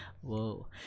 whoa